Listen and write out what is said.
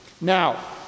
Now